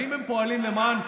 אם הם פועלים למען,